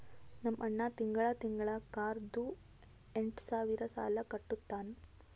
ನಮ್ ಅಣ್ಣಾ ತಿಂಗಳಾ ತಿಂಗಳಾ ಕಾರ್ದು ಎಂಟ್ ಸಾವಿರ್ ಸಾಲಾ ಕಟ್ಟತ್ತಾನ್